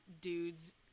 dudes